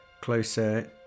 closer